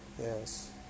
yes